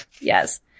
yes